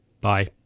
bye